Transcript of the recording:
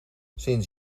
sinds